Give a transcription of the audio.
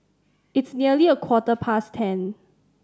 its nearly a quarter past ten